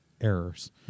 errors